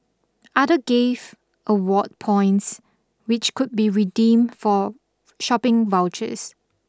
other gave award points which could be redeemed for shopping vouchers